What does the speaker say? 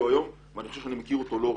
היום ואני חושב שאני מכיר אותו לא רע.